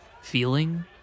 feeling